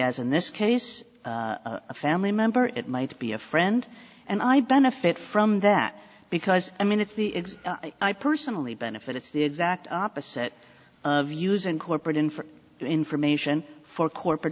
as in this case a family member it might be a friend and i benefit from that because i mean it's the i personally benefit it's the exact opposite of using corporate in for information for corporate